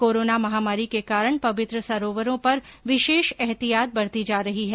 corona महामारी के कारण पवित्र सरोवरों पर विशेष एहतियात बरती जा रही है